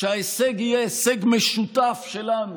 שההישג יהיה הישג משותף שלנו,